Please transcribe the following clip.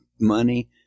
money